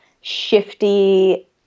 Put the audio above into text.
shifty